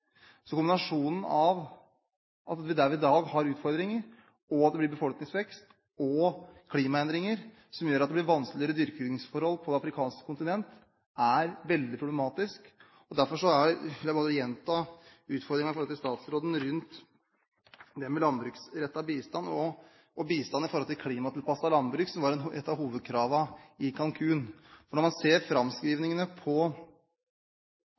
Kombinasjonen av at vi i dag har utfordringer, og at det blir befolkningsvekst og klimaendringer som gjør at det blir vanskeligere dyrkingsforhold på det afrikanske kontinent, er veldig problematisk. Derfor vil jeg bare gjenta utfordringen til statsråden rundt det med landbruksrettet bistand og bistand i forhold til klimatilpasset landbruk, som var et av hovedkravene i Cancún. For når man ser framskrivningene på